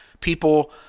People